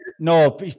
No